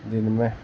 دن میں